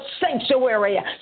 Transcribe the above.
sanctuary